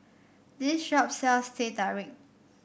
this shop sells Teh Tarik